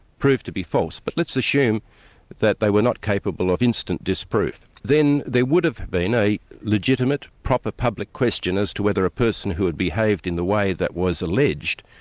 proved to be false. but let's assume that they were not capable of instant disproof. then there would have been a legitimate, proper public question as to whether a person who had behaved in the way that was alleged,